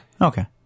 Okay